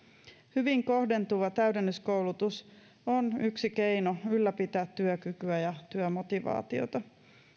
hyvin kohdentuva täydennyskoulutus on yksi keino ylläpitää työkykyä ja työmotivaatiota